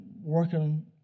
working